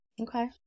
okay